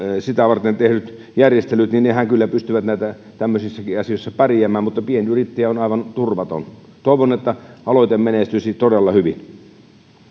näitä varten tehdyt järjestelyt pystyvät kyllä tämmöisissäkin asioissa pärjäämään mutta pienyrittäjä on aivan turvaton toivon että aloite menestyisi todella hyvin